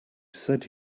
said